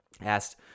asked